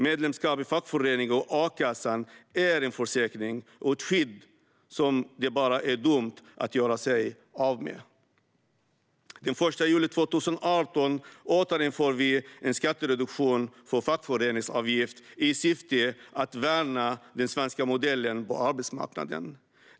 Medlemskap i fackförening och a-kassa är en försäkring och ett skydd som det bara är dumt att göra sig av med. Den 1 juli 2018 återinför vi en skattereduktion för fackföreningsavgift i syfte att värna den svenska modellen på arbetsmarknaden.